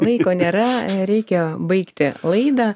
laiko nėra reikia baigti laidą